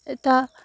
এটা